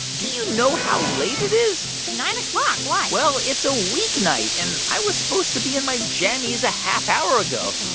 do you know how late it is? it's nine o'clock. why? well, it's a week night. and i was supposed to be in my jammies a half hour ago.